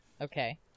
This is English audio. okay